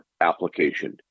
application